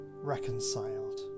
Reconciled